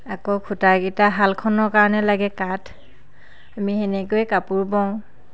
আকৌ খুঁটাকেইটা শালখনৰ কাৰণে লাগে কাঠ আমি সেনেকৈয়ে কাপোৰ বওঁ